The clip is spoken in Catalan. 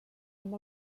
amb